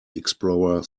explorer